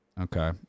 Okay